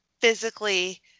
physically